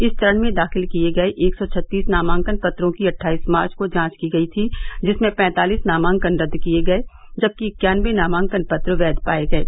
इस चरण में दाखिल किये गये एक सौ छत्तीस नामांकन पत्रों की अट्ठाईस मार्च को जांच की गयी थी जिसमें पैतालीस नामांकन रद्द किये गये जबकि इक्यान्नबे नामांकन पत्र वैध पाये गये